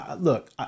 look